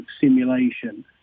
simulation